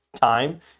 time